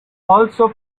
also